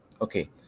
Okay